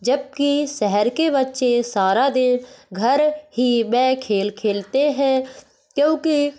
जबकि शहर के बच्चे सारा दिन घर ही में खेल खेलते हैं क्योंकि